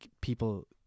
People